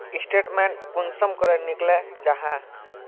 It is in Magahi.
स्टेटमेंट कुंसम निकले जाहा?